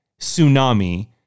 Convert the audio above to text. tsunami